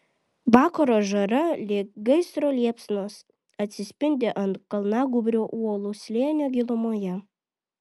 vakaro žara lyg gaisro liepsnos atsispindi ant kalnagūbrio uolų slėnio gilumoje